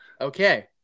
Okay